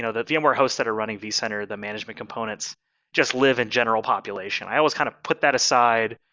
so the the vmware hosts that are running vcenter, the management components just live in general population. i always kind of put that aside.